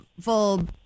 full